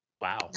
Wow